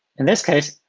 in this case,